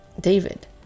David